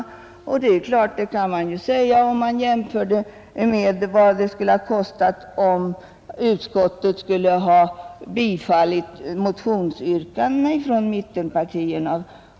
Det är klart att man kan säga det, om man jämför med vad det skulle ha kostat om utskottet hade biträtt motionsyrkandena från mittenpartierna.